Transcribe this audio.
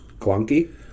Clunky